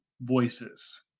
voices